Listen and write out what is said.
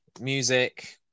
music